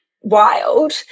wild